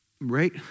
right